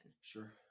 Sure